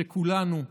שכולנו חבים,